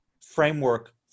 framework